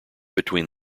between